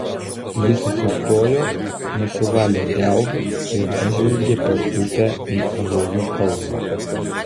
jis atsistojo nusivalė delnus ir pažvelgė per upę į ąžuolų kalvą